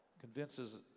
convinces